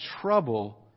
trouble